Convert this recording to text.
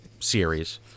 series